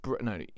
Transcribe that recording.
no